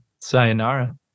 sayonara